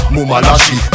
Mumalashi